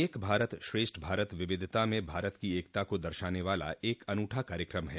एक भारत श्रेष्ठ भारत विविधता में भारत की एकता को दर्शाने वाला एक अनूठा कार्यक्रम है